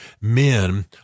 men